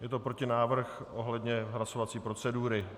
Je to protinávrh ohledně hlasovací procedury.